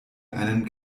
einen